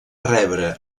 rebre